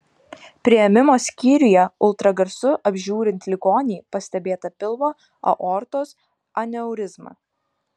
priėmimo skyriuje ultragarsu apžiūrint ligonį pastebėta pilvo aortos aneurizma